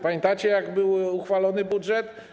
Pamiętacie, jak był uchwalony budżet?